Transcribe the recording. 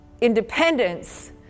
independence